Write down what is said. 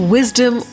Wisdom